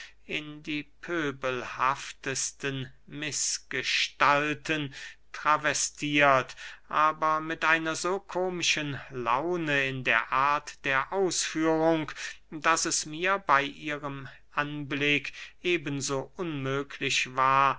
in die pöbelhaftesten mißgestalten travestiert aber mit einer so komischen laune in der art der ausführung daß es mir bey ihrem anblick eben so unmöglich war